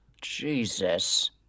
Jesus